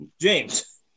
James